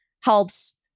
helps